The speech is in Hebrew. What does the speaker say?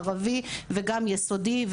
ערבי וגם יסודי,